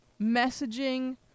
messaging